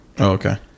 okay